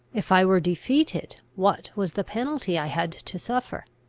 if i were defeated, what was the penalty i had to suffer?